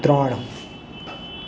ત્રણ